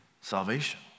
salvation